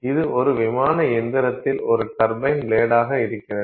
இது ஒரு விமான இயந்திரத்தில் ஒரு டர்பைன் பிளேடாக இருக்கிறது